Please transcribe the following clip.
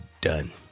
done